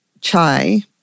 chai